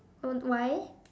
uh why